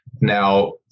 Now